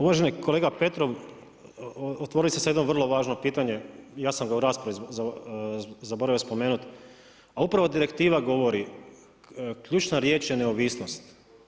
Uvaženi kolega Petrov, otvorili ste vrlo važno pitanje, ja sam ga u raspravi zaboravio spomenuti, a upravo direktiva govori, ključna riječ je neovisnost.